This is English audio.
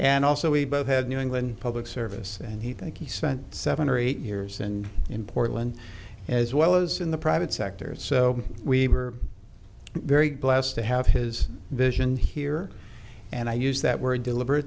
and also we both had new england public service and he think he spent seven or eight years and in portland as well as in the private sector so we were very blessed to have his vision here and i use that word deliber